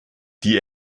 die